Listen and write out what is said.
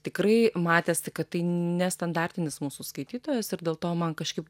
tikrai matėsi kad tai nestandartinis mūsų skaitytojas ir dėl to man kažkaip